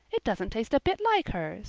it doesn't taste a bit like hers